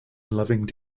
loving